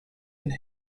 and